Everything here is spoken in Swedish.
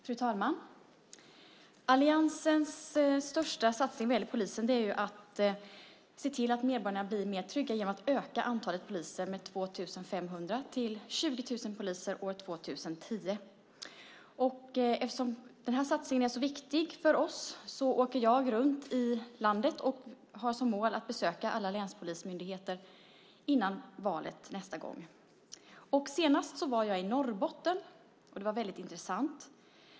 Fru talman! Alliansens största satsning vad gäller polisen är att se till att medborgarna blir mer trygga genom att öka antalet poliser med 2 500 till 20 000 poliser år 2010. Eftersom den här satsningen är så viktig för oss åker jag runt i landet och har som mål att besöka alla länspolismyndigheter före nästa val. Senast var jag i Norrbotten. Det var väldigt intressant.